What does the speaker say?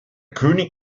könig